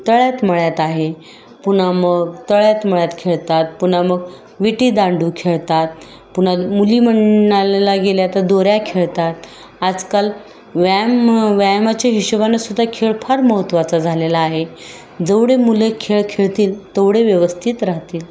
तळ्यात मळ्यात आहे पुन्हा मग तळ्यात मळ्यात खेळतात पुन्हा मग विटीदांडू खेळतात पुन्हा मुली म्हणाल्या गेल्या तर दोऱ्या खेळतात आजकाल व्यायाम व्यायामाच्या हिशोबानेसुद्धा खेळ फार महत्त्वाचा झालेला आहे जेवढे मुले खेळ खेळतील तेवढे व्यवस्थित राहतील